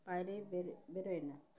বাইরে বের বেরোয় না